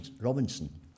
Robinson